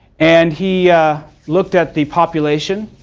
and he looked at the population,